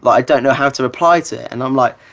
but i don't know how to reply to it. and i'm like,